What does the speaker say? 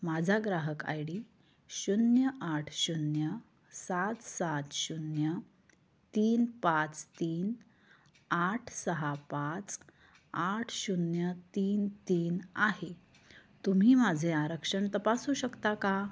माझा ग्राहक I D शून्य आठ शून्य सात सात शून्य तीन पाच तीन आठ सहा पाच आठ शून्य तीन तीन आहे तुम्ही माझे आरक्षण तपासू शकता का